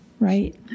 Right